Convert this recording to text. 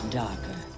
darker